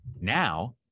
Now